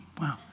Wow